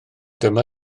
dyma